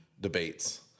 debates